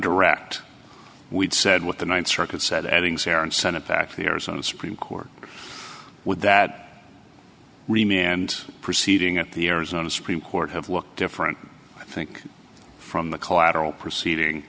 direct we've said what the th circuit settings are and send it back to the arizona supreme court would that and proceeding at the arizona supreme court have looked different i think from the collateral proceeding